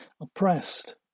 oppressed